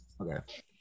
Okay